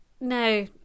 no